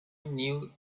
knew